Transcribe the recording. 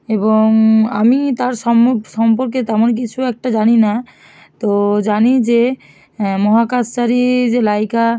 এবং আমি তার সম্পর্কে তেমন কিছু একটা জানি না তো জানি যে মহাকাশচারী যে লাইকা